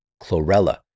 chlorella